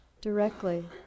directly